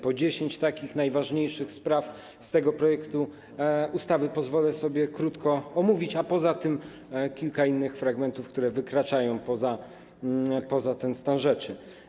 Po 10 takich najważniejszych spraw z tego projektu ustawy pozwolę sobie krótko omówić, a poza tym kilka innych fragmentów, które wykraczają poza ten stan rzeczy.